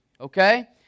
Okay